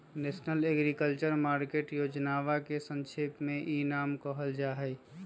national agriculture market योजनवा के संक्षेप में ई नाम कहल जाहई